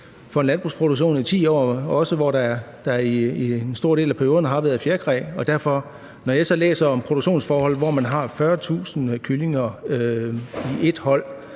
for en landbrugsproduktion i 10 år, også hvor der i en stor del af perioden har været fjerkræ. Når jeg så læser om produktionsforhold, hvor man har 40.000 kyllinger i et hold,